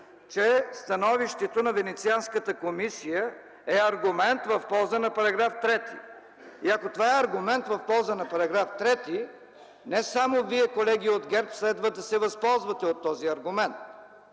че становището на Венецианската комисия е аргумент в полза на § 3. Ако това е аргумент в полза на § 3, не само вие, колеги от ГЕРБ, следва да се възползвате от този аргумент.